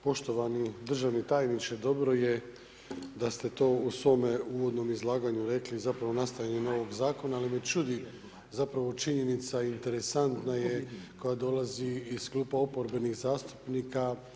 Poštovani državni tajniče, dobro je da ste to u svome uvodnom izlaganju rekli zapravo u nastajanju novog zakona, ali me čudi zapravo činjenica, interesantna je koja dolazi iz klupa oporbenih zastupnika.